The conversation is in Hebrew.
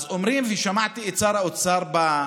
אז אומרים, שמעתי את שר האוצר ומכריז: